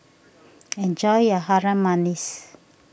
enjoy your Harum Manis